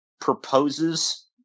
proposes